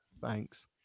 Thanks